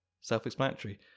self-explanatory